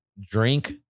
Drink